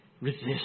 Resist